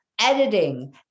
editing